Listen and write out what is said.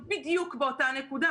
מול מה אנחנו מתמודדים.